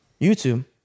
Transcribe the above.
youtube